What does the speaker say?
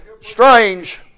Strange